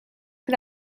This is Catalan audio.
per